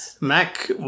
Mac